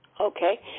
Okay